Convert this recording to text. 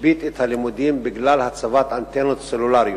השבית את הלימודים בגלל הצבת אנטנות סלולריות,